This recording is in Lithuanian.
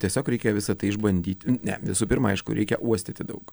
tiesiog reikia visa tai išbandyt ne visų pirma aišku reikia uostyti daug